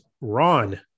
Ron